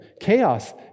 chaos